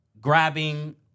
grabbing